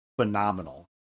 phenomenal